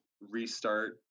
restart